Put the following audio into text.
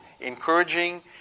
encouraging